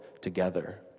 together